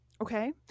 okay